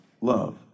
love